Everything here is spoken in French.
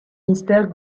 mystères